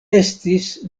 estis